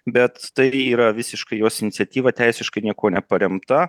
bet tai yra visiškai jos iniciatyva teisiškai niekuo neparemta